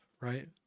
right